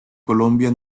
colombia